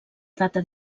data